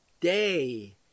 day